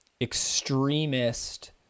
extremist